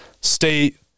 state